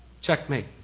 Checkmate